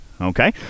Okay